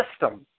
system